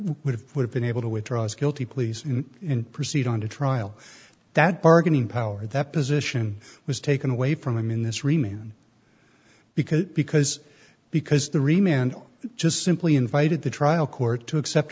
what would have been able to withdraw his guilty pleas in proceed on to trial that bargaining power that position was taken away from him in this remain because because because the reman just simply invited the trial court to accept